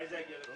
מתי זה יגיע?